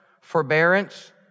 forbearance